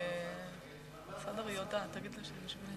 למה שר האוצר מתנגד?